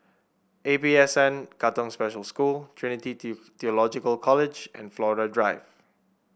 A P S N Katong Special School Trinity Theological College and Flora Drive